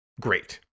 great